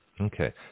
Okay